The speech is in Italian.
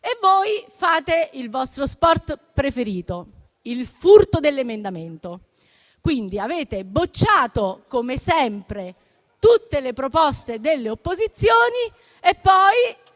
praticate il vostro sport preferito: il furto dell'emendamento. Quindi, avete respinto come sempre tutte le proposte delle opposizioni e poi